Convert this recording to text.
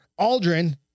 Aldrin